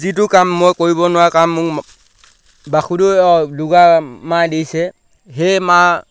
যিটো কাম মই কৰিব নোৱাৰা কাম মোৰ বাসুদেৱ অঁ দুগা মায়ে দিছে সেই মা